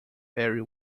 very